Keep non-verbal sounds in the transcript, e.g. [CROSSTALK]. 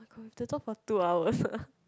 oh we have to talk for two hours [NOISE]